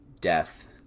death